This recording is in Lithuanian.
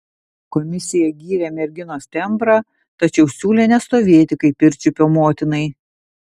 komisija gyrė merginos tembrą tačiau siūlė nestovėti kaip pirčiupio motinai